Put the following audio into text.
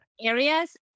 areas